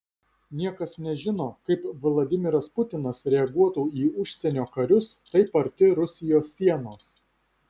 niekas nežino kaip vladimiras putinas reaguotų į užsienio karius taip arti rusijos sienos